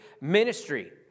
ministry